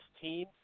team